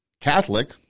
Catholic